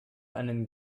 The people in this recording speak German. einen